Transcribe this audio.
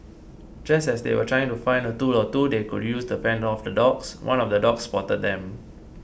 just as they were trying to find a tool or two they could use to fend off the dogs one of the dogs spotted them